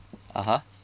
(uh huh)